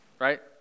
Right